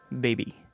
baby